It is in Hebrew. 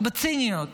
בציניות.